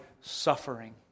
suffering